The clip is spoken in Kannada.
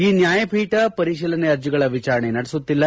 ಈ ನ್ಯಾಯಪೀಠ ಪರಿಶೀಲನೆ ಅರ್ಜಿಗಳ ವಿಚಾರಣೆ ನಡೆಸುತ್ತಿಲ್ಲ